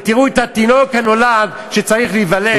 ותראו את התינוק הנולד שצריך להיוולד,